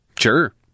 Sure